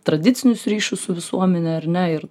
tradicinius ryšius su visuomene ar ne ir